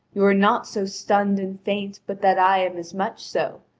you are not so stunned and faint but that i am as much so,